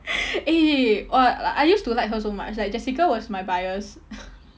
eh !wah! like I used to like her so much like jessica was my bias